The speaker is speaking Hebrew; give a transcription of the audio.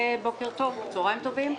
בוקר טוב או צוהריים טובים,